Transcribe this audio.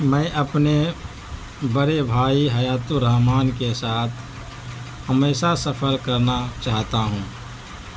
میں اپنے بڑے بھائی حیات الرحمٰن کے ساتھ ہمیشہ سفر کرنا چاہتا ہوں